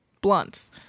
blunts